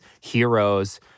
heroes